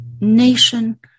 nation